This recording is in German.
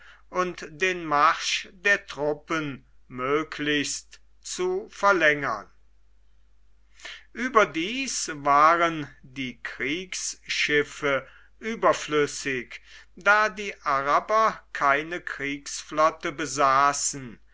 und den marsch der truppen möglichst zu verlängern überdies waren die kriegsschiffe überflüssig da die araber keine kriegsflotte besaßen